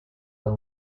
the